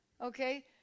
okay